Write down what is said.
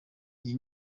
iyi